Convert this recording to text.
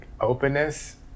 openness